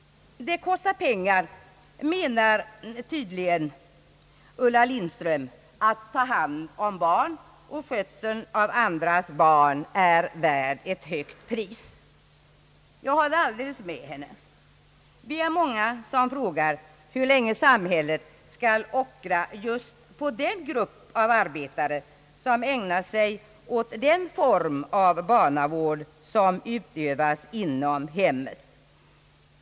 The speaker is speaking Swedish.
Det kostar pengar att ta hand om barn, menar tydligen Ulla Lindström, och skötseln av andras barn är värd ett högt pris. Jag håller alldeles med henne. Vi är många som frågar hur länge samhället skall ockra just på den grupp av arbetare som ägnar sig åt den form av barnavård som utövas inom hemmet.